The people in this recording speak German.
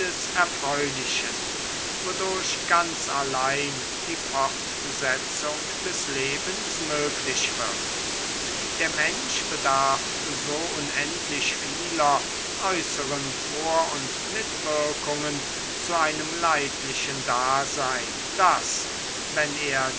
erfreulichen wodurch ganz allein die fortsetzung des lebens möglich wird der mensch bedarf so unendlich vieler äußeren vor und mitwirkungen zu einem leidlichen dasein daß wenn er